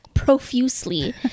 profusely